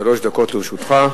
שלוש דקות לרשותך.